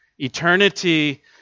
Eternity